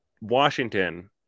Washington